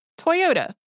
Toyota